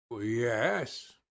Yes